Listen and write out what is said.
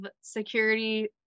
security